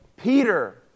Peter